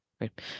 right